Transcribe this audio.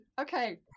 okay